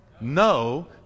No